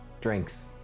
drinks